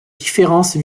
différence